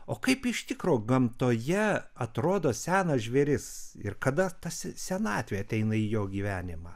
o kaip iš tikro gamtoje atrodo senas žvėris ir kada ta senatvė ateina į jo gyvenimą